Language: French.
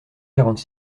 quarante